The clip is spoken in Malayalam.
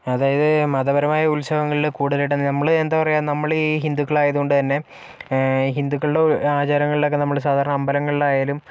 അതായത് മതപരമായ ഉത്സവങ്ങളിൽ കൂടുതലായിട്ട് നമ്മള് എന്താ പറയുക നമ്മളീ ഹിന്ദുക്കളായത് കൊണ്ട് തന്നെ ഹിന്ദുക്കളുടെ ആചാരങ്ങളിലൊക്കെ നമ്മള് സാധരണ അമ്പലങ്ങളിലായാലും